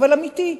אבל אמיתי.